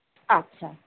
ᱟᱪᱪᱷᱟ